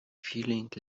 feeling